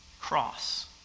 cross